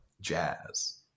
jazz